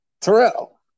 Terrell